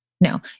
no